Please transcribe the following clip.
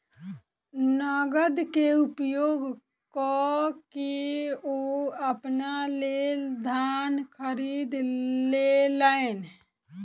नकद के उपयोग कअ के ओ अपना लेल धान खरीद लेलैन